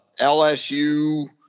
LSU